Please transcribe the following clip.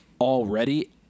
already